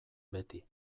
beti